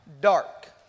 dark